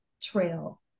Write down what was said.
trail